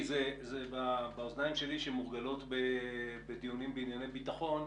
האוזניים שלי שמורגלות בדיונים בענייני ביטחון,